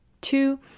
Two